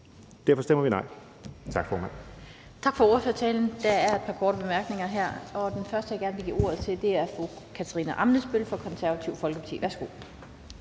(Annette Lind): Tak for ordførertalen. Der er et par korte bemærkninger. Den første, jeg gerne vil give ordet til, er fru Katarina Ammitzbøll fra Det Konservative Folkeparti. Værsgo.